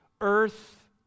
earth